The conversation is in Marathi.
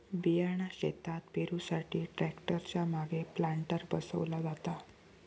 बियाणा शेतात पेरुसाठी ट्रॅक्टर च्या मागे प्लांटर बसवला जाता